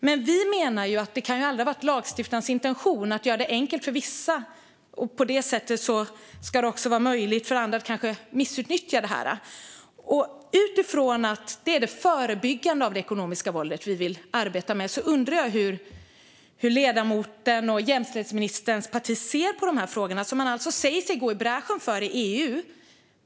Men vi menar att det aldrig kan ha varit lagstiftarens intention att göra det enkelt för vissa och på det sättet göra det möjligt för andra att missbruka detta. Utifrån att det är förebyggandet av det ekonomiska våldet som vi vill arbeta med undrar jag hur ledamotens och jämställdhetsministerns parti ser på de här frågorna, som man alltså säger sig gå i bräschen för i EU.